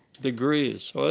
degrees